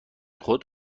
خود